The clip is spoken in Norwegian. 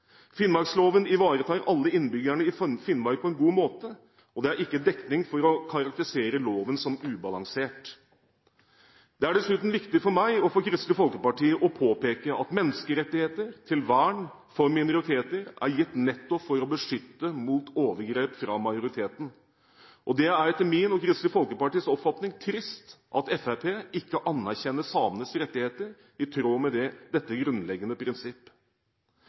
Finnmarksloven ivaretar alle innbyggerne i Finnmark på en god måte. Det er ikke dekning for å karakterisere loven som ubalansert. Det er dessuten viktig for meg og for Kristelig Folkeparti å påpeke at menneskerettigheter til vern av minoriteter er gitt nettopp for å beskytte mot overgrep fra majoriteten. Det er etter min og Kristelig Folkepartis oppfatning trist at Fremskrittspartiet ikke anerkjenner samenes rettigheter, i tråd med dette grunnleggende